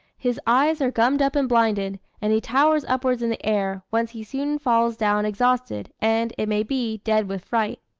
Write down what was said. his eyes are gummed up and blinded and he towers upwards in the air, whence he soon falls down exhausted, and, it may be, dead with fright.